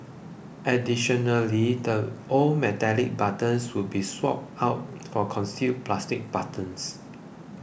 additionally the old metallic buttons will be swapped out for concealed plastic buttons